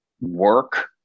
work